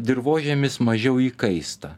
dirvožemis mažiau įkaista